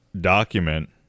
document